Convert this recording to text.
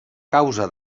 causa